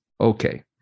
okay